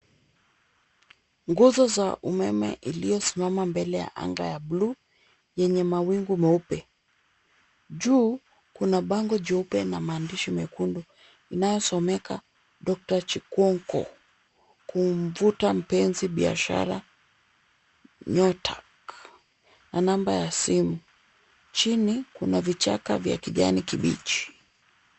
Nguzo za umeme iliosimama mbele ya anga ya buluu yenye mawingu meupe. Juu kuna bango jeupe na maandishi mekundu inayosomeka, Doctor Chinkwonkwo, kumvuta mpenzi, biashara, nyota na namba ya simu. Chini kuna vichaka vya kijani kibichi.